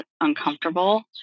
uncomfortable